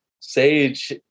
Sage